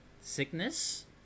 sickness